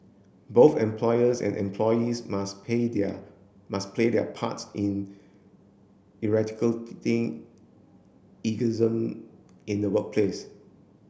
both employers and employees must play their must play their part in ageism in the workplace